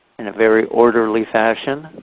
in a very orderly fashion.